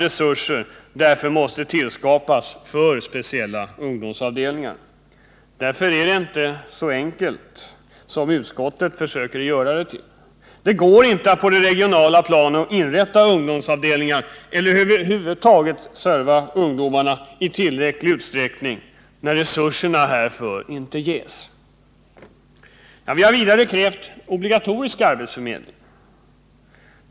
Resurser måste därför tillskapas för speciella ungdomsavdelningar. Saken är därför inte så enkel som utskottet försöker göra den till. Det går inte att på det regionala planet inrätta ungdomsavdelningar eller över huvud taget att serva ungdomen i tillräcklig utsträckning när resurser härför inte ges. Vi har vidare krävt obligatorisk arbetsförmedling.